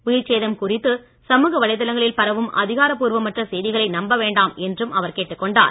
உயிர்ச் சேதம் குறித்து சமூக வலைதளங்களில் பரவும் அதிகாரப்பூர்வமற்ற செய்திகளை மக்கள் நம்ப வேண்டாம் என்றும் அவர் கேட்டுக் கொண்டார்